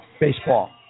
baseball